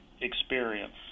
experience